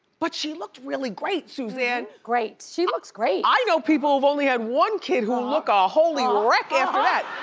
but she looked really great, suzanne. great, she looks great. i know people who've only had one kid, who look a holy um wreck after that.